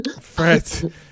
Fred